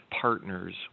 partners